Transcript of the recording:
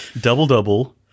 double-double